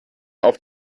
auf